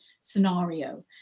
scenario